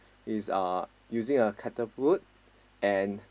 he's uh using a catapult and